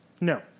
No